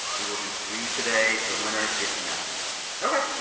we will do three today. the winner gets nothing ok